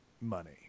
money